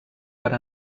per